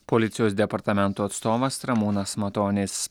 policijos departamento atstovas ramūnas matonis